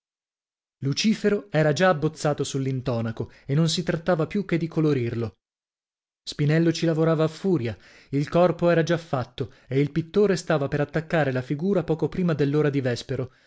lucifero era già abbozzato sull'intonaco e non si trattava più che di colorirlo spinello ci lavorava a furia il corpo era già fatto e il pittore stava per attaccare la figura poco prima dell'ora di vespero